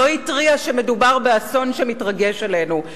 לא התריע שמדובר באסון שמתרגש עלינו.